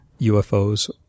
UFOs